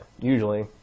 Usually